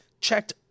checked